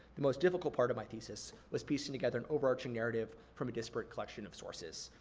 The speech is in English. the most difficult part of my thesis was piecing together an overarching narrative from a disparate collection of sources.